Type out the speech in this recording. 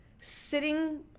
sitting